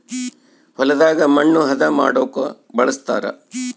ಹೊಲದಾಗ ಮಣ್ಣು ಹದ ಮಾಡೊಕ ಬಳಸ್ತಾರ